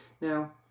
Now